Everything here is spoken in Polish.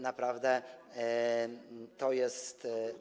Naprawdę to jest.